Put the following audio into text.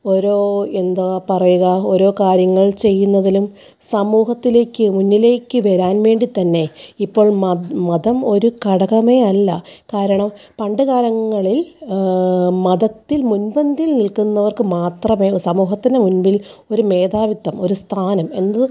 ഓരോ എന്താ പറയുക ഓരോ കാര്യങ്ങള് ചെയ്യുന്നതിനും സമൂഹത്തിലേക്ക് മുന്നിലേക്ക് വരാന് വേണ്ടി തന്നെ ഇപ്പം മത മതം ഒരു ഘടകമേ അല്ല കാരണം പണ്ട് കാലങ്ങളില് മതത്തില് മുന്പന്തിയില് നില്ക്കുന്നവര്ക്ക് മാത്രമേ സമൂഹത്തിന് മുമ്പില് ഒരു മേധാവിത്വം ഒരു സ്ഥാനം എന്ത്